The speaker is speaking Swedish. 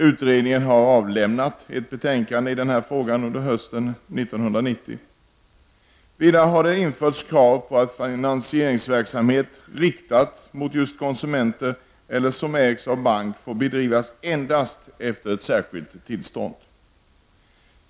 Utredningen har under hösten Vidare har det införts krav på att finansieringsverksamhet som riktas mot just konsumenter eller som ägs av bank får bedrivas endast efter erhållande av ett särskilt tillstånd.